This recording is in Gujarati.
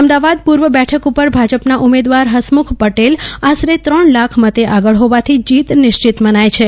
અમદાવાદ પૂર્વ બેઠક ઉપર ભાજપના ઉમેદવાર હસમુખ પટેલ આશરે ત્રણ લાખ મતે આગળ હોવાથી જીત નિશ્ચિત મનાય છે